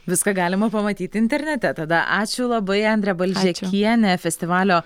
viską galima pamatyti internete tada ačiū labai andrė balžekienė festivalio